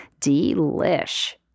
Delish